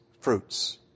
fruits